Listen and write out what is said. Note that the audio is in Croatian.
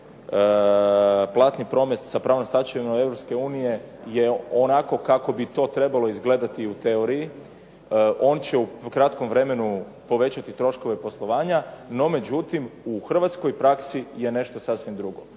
platni promet sa pravnom stečevinom Europske unije je onako kako bi to trebalo izgledati u teoriji. On će u kratkom vremenu povećati troškove poslovanja. No međutim, u hrvatskoj praksi je nešto sasvim drugo.